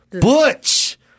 Butch